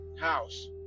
house